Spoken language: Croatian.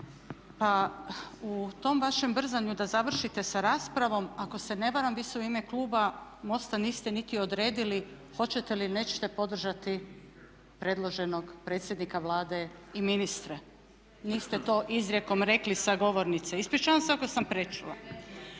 pa u tom vašem brzanju da završite sa raspravom ako se ne varam vi se u ime kluba MOST-a niste niti odredili hoćete li, nećete podržati predloženog predsjednika Vlade i ministre. Niste to izrijekom rekli sa govornice. Ispričavam se ako prečula.